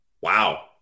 Wow